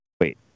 Wait